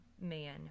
man